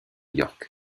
york